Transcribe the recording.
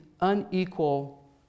unequal